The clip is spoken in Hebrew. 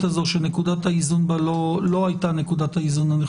הזאת שנקודת האיזון בה לא היתה הנכונה,